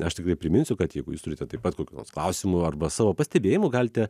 aš tiktai priminsiu kad jeigu jūs turite taip pat kokių nors klausimų arba savo pastebėjimų galite